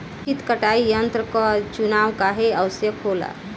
उचित कटाई यंत्र क चुनाव काहें आवश्यक होला?